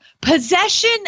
possession